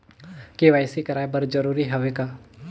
KYC कराय बर जरूरी हवे का?